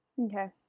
Okay